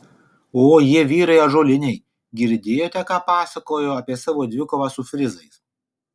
o jie vyrai ąžuoliniai girdėjote ką pasakojo apie savo dvikovą su frizais